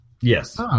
Yes